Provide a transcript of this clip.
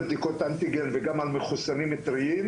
בדיקות אנטיגן וגם על מחוסנים טריים?